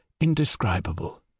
indescribable